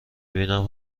بینم